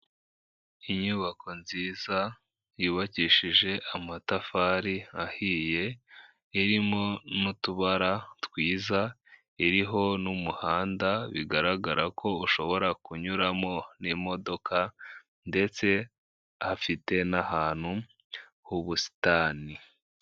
Inyubako nziza yubakishije amatafari ahiye, irimo n'utubara twiza iriho n'umuhanda bigaragara ko ushobora kunyuramo n'imodoka ndetse hafite n'ahantu h'ubusitani.